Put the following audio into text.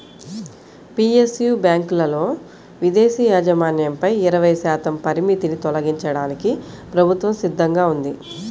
PSU బ్యాంకులలో విదేశీ యాజమాన్యంపై ఇరవై శాతం పరిమితిని తొలగించడానికి ప్రభుత్వం సిద్ధంగా ఉంది